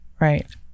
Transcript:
Right